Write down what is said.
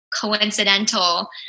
coincidental